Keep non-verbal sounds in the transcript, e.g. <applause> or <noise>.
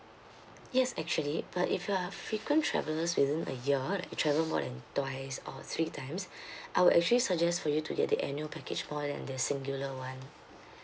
yes actually but if you are a frequent travelers within a year you travelled more than twice or three times <breath> I will actually suggest for you to get the annual package more that the singular one